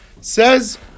Says